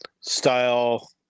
style